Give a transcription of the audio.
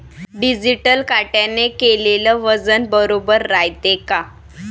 Digital काट्याने केलेल वजन बरोबर रायते का?